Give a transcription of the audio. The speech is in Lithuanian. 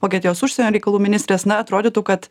vokietijos užsienio reikalų ministrės na atrodytų kad